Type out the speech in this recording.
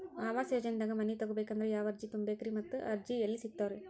ಆವಾಸ ಯೋಜನೆದಾಗ ಮನಿ ತೊಗೋಬೇಕಂದ್ರ ಯಾವ ಅರ್ಜಿ ತುಂಬೇಕ್ರಿ ಮತ್ತ ಅರ್ಜಿ ಎಲ್ಲಿ ಸಿಗತಾವ್ರಿ?